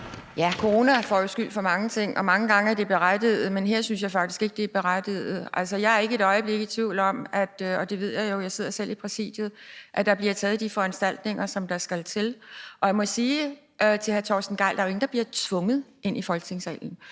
Corona får jo skyld for mange ting, og mange gange er det berettiget, men her synes jeg faktisk ikke det er berettiget. Altså, jeg er ikke et øjeblik i tvivl om – det ved jeg jo, for jeg sidder selv i Præsidiet – at der bliver truffet de foranstaltninger, som der skal til. Og jeg må sige til hr. Torsten Gejl, at der jo ikke er nogen, der bliver tvunget ind i Folketingssalen